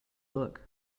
look